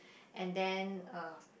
and then uh